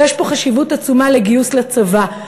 ויש פה חשיבות עצומה לגיוס לצבא.